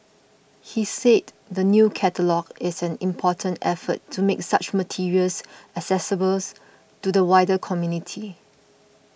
he said the new catalogue is an important effort to make such materials accessible to the wider community